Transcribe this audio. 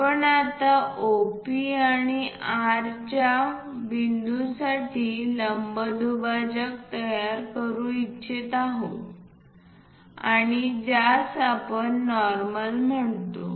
आपण आता OP आणि R प्रकारच्या बिंदूसाठी लंब दुभाजक तयार करू इच्छित आहोत आणि ज्यास आपण नॉर्मल म्हणतो